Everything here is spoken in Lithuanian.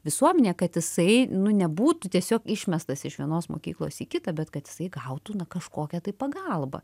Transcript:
visuomenėje kad jisai nu nebūtų tiesiog išmestas iš vienos mokyklos į kitą bet kad jisai gautų kažkokią tai pagalbą